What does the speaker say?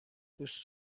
دوست